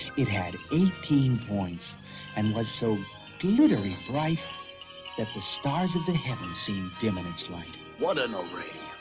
it had eighteen points and was so glittery bright that the stars of the heavens seemed dim in its light. what an array!